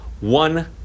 one